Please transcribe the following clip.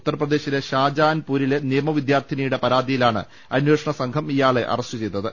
ഉത്തർപ്രദേശിലെ ഷാജഹാൻപൂരിലെ നിയമവിദ്യാർത്ഥിനി യുടെ പരാതിയിലാണ് അന്വേഷകസംഘം ഇയാളെ അറസ്റ്റ് ചെയ്തത്